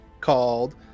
called